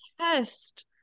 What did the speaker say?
test